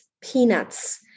peanuts